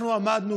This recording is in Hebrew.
אנחנו עמדנו,